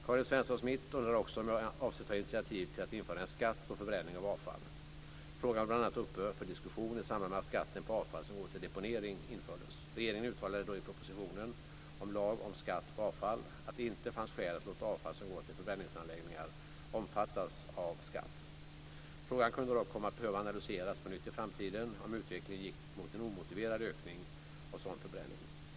Karin Svensson Smith undrar också om jag avser att ta initiativ till att införa en skatt på förbränning av avfall. Frågan var bl.a. uppe för diskussion i samband med att skatten på avfall som går till deponering infördes. Regeringen uttalade då i propositionen om lag om skatt på avfall att det inte fanns skäl att låta avfall som går till förbränningsanläggningar omfattas av skatt. Frågan kunde dock komma att behöva analyseras på nytt i framtiden om utvecklingen gick mot en omotiverad ökning av sådan förbränning.